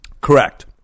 Correct